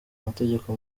amategeko